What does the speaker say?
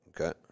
Okay